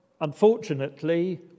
Unfortunately